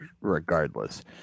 regardless